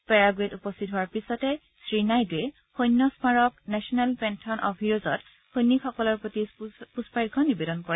পেৰাগুৱেত উপস্থিত হোৱাৰ পিছতে শ্ৰীনাইডুৱে সৈন্য স্মাৰক নেচনেল পেন্থয়ন অব্ হিৰজত সৈনিকসকলৰ প্ৰতি পুষ্পাৰ্ঘ্য নিৱেদন কৰিব